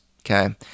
okay